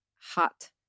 hot